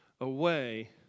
away